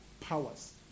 powers